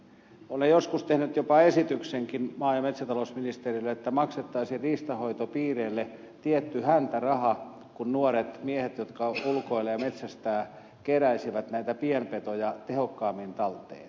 olen joskus tehnyt jopa esityksenkin maa ja metsätalousministerille että maksettaisiin riistanhoitopiireille tietty häntäraha kun nuoret miehet jotka ulkoilevat ja metsästävät keräisivät näitä pienpetoja tehokkaammin talteen